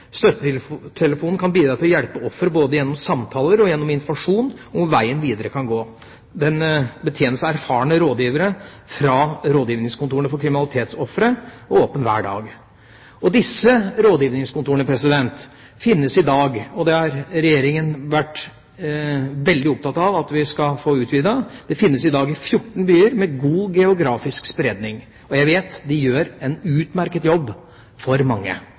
kvinner. Støttetelefonen kan bidra til å hjelpe ofre både gjennom samtaler og gjennom informasjon om hvor veien videre kan gå. Den betjenes av erfarne rådgivere ved Rådgivningskontorene for kriminalitetsofre og er åpen hver dag. Disse rådgivningskontorene finnes i dag – og det tilbudet har Regjeringa vært veldig opptatt av at vi skal få utvidet – i 14 byer, med god geografisk spredning, og jeg vet de gjør en utmerket jobb for mange,